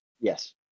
Yes